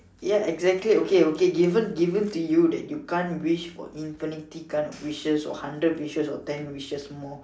ya exactly okay okay given given to you that you can't wish for infinity kind of wishes or hundred wishes or ten wishes more